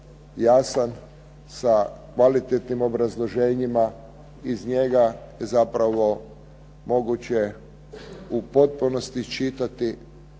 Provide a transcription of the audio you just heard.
jasan, sa kvalitetnim obrazloženjima. Iz njega zapravo moguće je u potpunosti iščitati